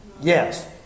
Yes